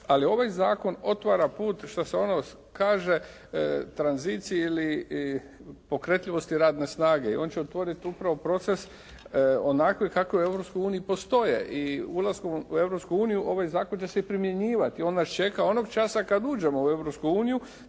Ali ovaj zakon otvara put što se ono kaže tranziciji ili pokretljivosti radne snage i on će otvoriti upravo proces onakve kakvi u Europskoj uniji postoje i ulaskom u Europsku uniju ovaj zakon će se i primjenjivati. On nas čeka onog časa kad uđemo u